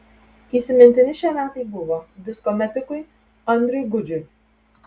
įsimintini šie metai buvo disko metikui andriui gudžiui